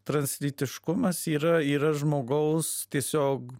translytiškumas yra yra žmogaus tiesiog